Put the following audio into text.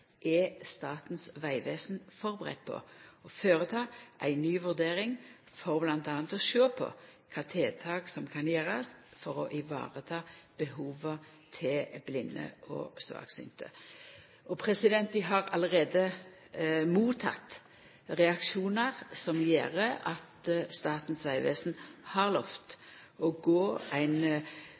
er Statens vegvesen førebudd på å føreta ei ny vurdering for bl.a. å sjå på kva tiltak som kan gjerast for å sikra behova til blinde og svaksynte. Vi har allereie motteke reaksjonar som gjer at Statens vegvesen har lovt å gå ein